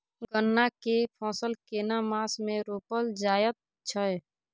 गन्ना के फसल केना मास मे रोपल जायत छै?